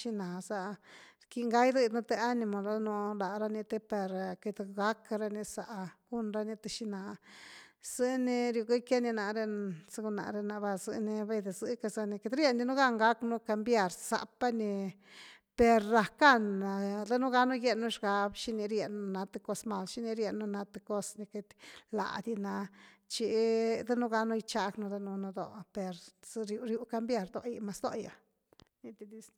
xina za ah rquiñ ga gidëdnu th animo danun, larani te par queity gackdi rani za gun rani th xina ah zë ni riugëckiani na, según nare na va, baide zë casa ni, queity riendiu gan gacknu cambiar zapa ni, per rackan danuganu gieñnu xgab xini rieñnu na th cos mal, xini rieñnu na th cos ni queity ládi na chi danuganu gichagnu danunu dó per zë, riu, riu cambiar do’i mas di va, niti dis.